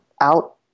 out